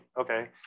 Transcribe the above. Okay